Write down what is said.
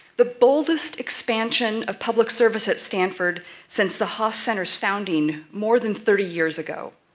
the boldest expansion of public service at stanford, since the haas center's founding more than thirty years ago.